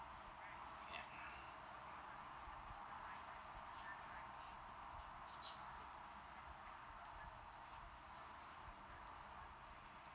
ya